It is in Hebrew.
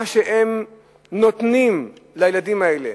מה שהם נותנים לילדים האלה,